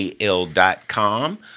AL.com